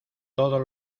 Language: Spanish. todos